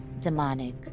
demonic